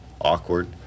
awkward